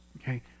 Okay